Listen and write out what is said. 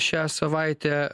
šią savaitę